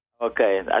Okay